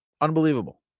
Unbelievable